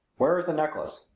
where is the necklace?